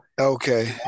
Okay